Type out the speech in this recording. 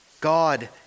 God